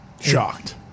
shocked